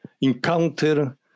encounter